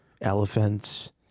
elephants